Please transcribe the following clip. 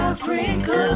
Africa